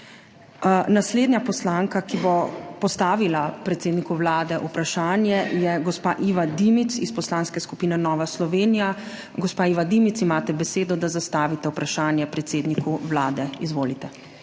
Naslednja poslanka, ki bo postavila vprašanje predsedniku Vlade, je gospa Iva Dimic iz Poslanske skupine Nova Slovenija. Gospa Iva Dimic, imate besedo, da zastavite vprašanje predsedniku Vlade, izvolite.